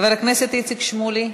חבר הכנסת איציק שמולי,